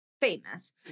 famous